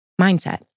mindset